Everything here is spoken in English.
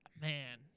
Man